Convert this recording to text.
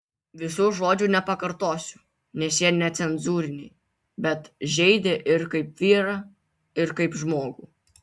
visų žodžių nepakartosiu nes jie necenzūriniai bet žeidė ir kaip vyrą ir kaip žmogų